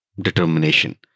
determination